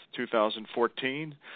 2014